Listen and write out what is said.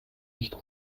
nicht